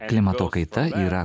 klimato kaita yra